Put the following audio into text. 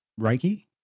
Reiki